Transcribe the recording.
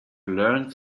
learned